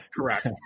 correct